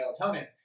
melatonin